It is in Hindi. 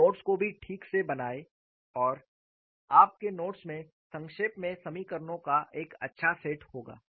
उन नोट्स को भी ठीक से बनाएं और आपके नोट्स में संक्षेप में समीकरणों का एक अच्छा सेट होगा